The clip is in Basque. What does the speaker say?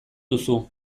duzu